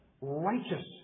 righteous